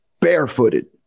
barefooted